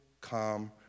calm